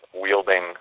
wielding